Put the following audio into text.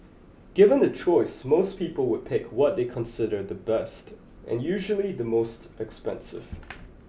given the choice most people would pick what they consider the best and usually the most expensive